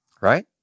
right